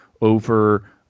over